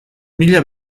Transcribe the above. mila